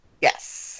Yes